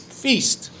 feast